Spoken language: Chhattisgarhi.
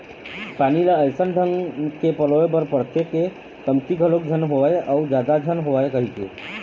पानी ल अइसन ढंग के पलोय बर परथे के कमती घलोक झन होवय अउ जादा झन होवय कहिके